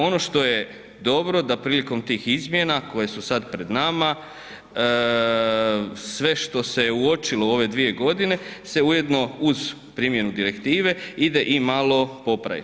Ono što je dobro da prilikom tih izmjena koje su sad pred nama sve što se uočilo u ove dvije godine se ujedno uz primjenu direktive ide i malo popraviti.